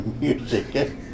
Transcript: music